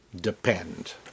depend